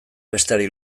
besteari